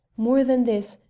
more than this,